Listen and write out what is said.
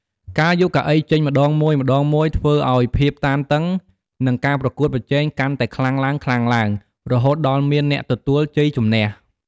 ការយកកៅអីចេញម្តងមួយៗ ធ្វើឱ្យភាពតានតឹង និងការប្រកួតប្រជែងកាន់តែខ្លាំងឡើងៗ រហូតដល់មានអ្នកទទួលជ័យជម្នះ។